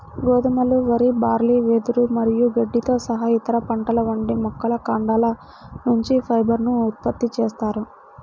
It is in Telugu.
గోధుమలు, వరి, బార్లీ, వెదురు మరియు గడ్డితో సహా ఇతర పంటల వంటి మొక్కల కాండాల నుంచి ఫైబర్ ను ఉత్పత్తి చేస్తారు